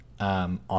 On